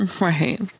right